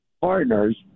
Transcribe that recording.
Partners